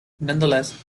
nonetheless